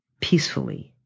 Peacefully